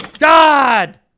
God